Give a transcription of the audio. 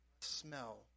Smell